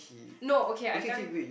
no okay I tell you